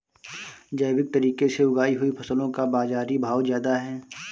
जैविक तरीके से उगाई हुई फसलों का बाज़ारी भाव ज़्यादा है